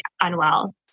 unwell